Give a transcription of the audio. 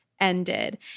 ended